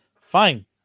Fine